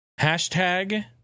Hashtag